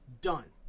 done